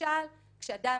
למשל כשאדם